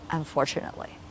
unfortunately